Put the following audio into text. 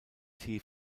tee